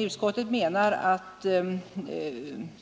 Utskottet menar att